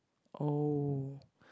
oh